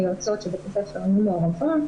היועצות של בית הספר היו מעורבות,